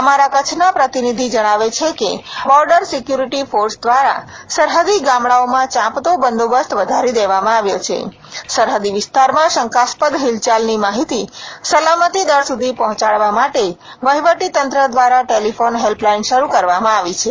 અમારા કચ્છના પ્રતિનિધિ જણાવે છે કે બોર્ડર સિકયુરીટી ફોર્સ દ્વારા સરહદી ગામડાઓમાં ચાંપતો બંદોબસ્ત વધારી દેવામાં આવ્યો છે સરહદી વિસ્તારમાં શંકાસ્પદ હિચલાચની માહીતી સલામતીદળ સુધી પહોંચાડવા માટે વહીવટીતંત્ર દ્વારા ટેલીફોન હેલ્પલાઇન શરૂ કરવામાં આવી છે